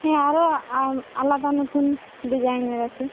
হ্যাঁ আরও আলাদা নতুন ডিজাইনের আছে